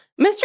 Mr